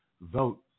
vote